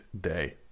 day